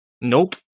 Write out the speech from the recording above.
Nope